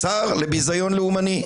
השר לביזיון לאומני.